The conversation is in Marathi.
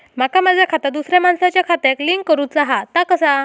माका माझा खाता दुसऱ्या मानसाच्या खात्याक लिंक करूचा हा ता कसा?